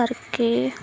ਕਰਕੇ